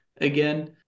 again